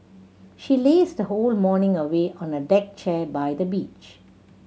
she lazed her whole morning away on a deck chair by the beach